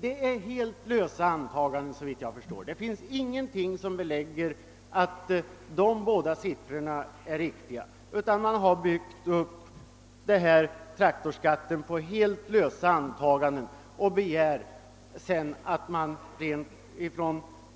Det finns inget belägg för att de båda siffrorna är riktiga. Man har byggt upp förslaget om traktorskatt på helt lösa antaganden och begär sedan att